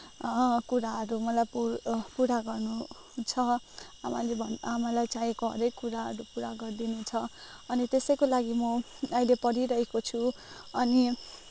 कुराहरू मलाई पु पुरा गर्नु छ आमाले भन्नु आमालाई चाहिएको हरेक कुराहरू पुरा गरिदिनु छ अनि त्यसैको लागि म अहिले पढिरहेको छु अनि